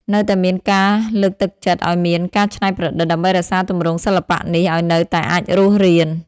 នៅតែមានការលើកទឹកចិត្តឱ្យមាន ការច្នៃប្រឌិត ដើម្បីរក្សាទម្រង់សិល្បៈនេះឱ្យនៅតែអាចរស់រាន។